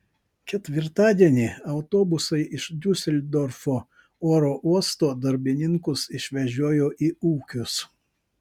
ketvirtadienį autobusai iš diuseldorfo oro uosto darbininkus išvežiojo į ūkius